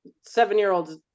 seven-year-olds